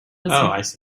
thought